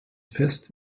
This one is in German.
fest